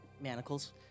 Manacles